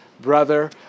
brother